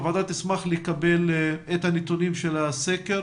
הוועדה תשמח לקבל את הנתונים של הסקר